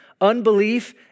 Unbelief